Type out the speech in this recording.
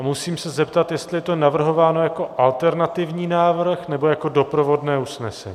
A musím se zeptat, jestli je to navrhováno jako alternativní návrh, nebo jako doprovodné usnesení.